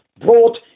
brought